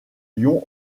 lion